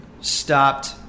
stopped